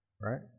Right